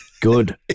Good